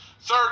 third